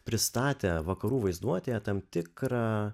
pristatė vakarų vaizduotėje tam tikrą